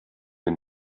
wir